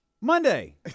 Monday